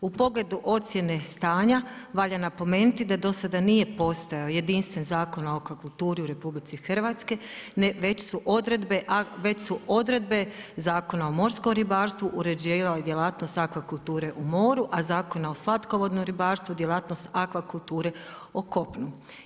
U pogledu ocjene stanja, valja napomenuti da do sada nije postojao jedinstven zakon o akvakulturu u RH, već su odredbe Zakona o morskom ribarstvu uređivale djelatnost akvakulture u moru, a Zakona o slatkovodnom ribarstvu, djelatnost akvakulture o kopnu.